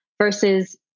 Versus